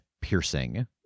piercing